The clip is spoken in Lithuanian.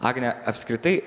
agne apskritai